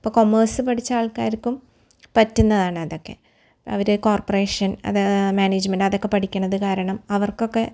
ഇപ്പോൾ കൊമ്മേഴ്സ്സ് പഠിച്ച ആള്ക്കാർക്കും പറ്റുന്നതാണതക്കെ അവർ കോര്പ്രേഷന് അത് മാനേജ്മെന്റ് അതക്കെ പഠിക്കണത് കാരണം അവര്ക്കൊക്കെ